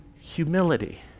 humility